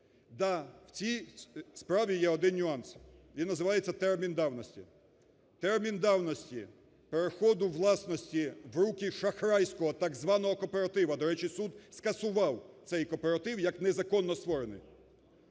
в цій справі є один нюанс, він називається "термін давності", термін даності переходу власності в руки шахрайського так званого "кооперативу", до речі, суд скасував цей "кооператив" як незаконно створений,